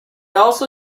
also